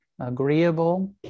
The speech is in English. agreeable